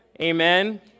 Amen